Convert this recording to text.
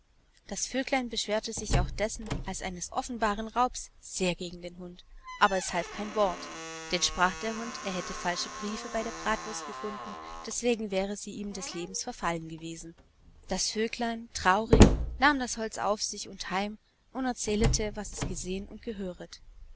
das vöglein beschwerte sich auch dessen als eines offenbaren raubs sehr gegen den hund aber es half kein wort denn sprach der hund er hätte falsche briefe bei der bratwurst gefunden deswegen wäre sie ihm des lebens verfallen gewesen das vögelein traurig nahm das holz auf sich und heim und erzählete was es gesehn und gehöret